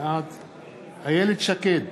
בעד איילת שקד,